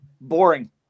boring